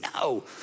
no